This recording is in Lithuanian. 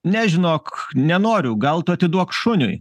ne žinok nenoriu gal tu atiduok šuniui